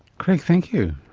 craig thank you,